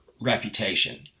reputation